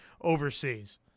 overseas